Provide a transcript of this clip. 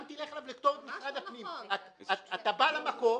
גם אם תלך לכתובת לפי משרד הפנים, אתה בא למקום,